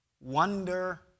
wonder